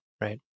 Right